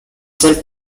self